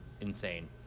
insane